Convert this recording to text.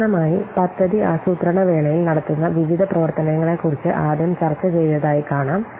അവസാനമായി പദ്ധതി ആസൂത്രണ വേളയിൽ നടത്തുന്ന വിവിധ പ്രവർത്തനങ്ങളെക്കുറിച്ച് ആദ്യം ചർച്ച ചെയ്തതായി കാണാം